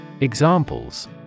Examples